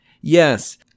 Yes